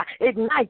ignite